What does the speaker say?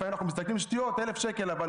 לפעמים אנחנו מסתכלים, שטויות, 1,000 שקל, אבל